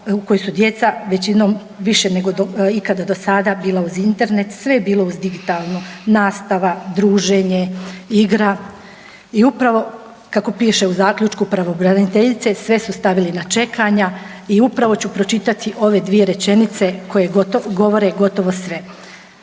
u kojoj su djeca većinom više nego ikada do sada bila uz Internet sve je bilo uz digitalno nastava, druženje, igra. I upravo kako piše u zaključku pravobraniteljice sve su stavili na čekanja i upravo ću pročitati ove dvije rečenice koje govore gotovo sve.